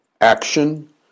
action